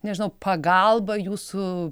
nežinau pagalba jūsų